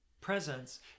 presence